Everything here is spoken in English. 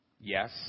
Yes